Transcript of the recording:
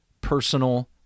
Personal